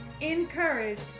encouraged